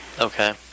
Okay